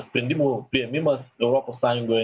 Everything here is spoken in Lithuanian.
sprendimų priėmimas europos sąjungoje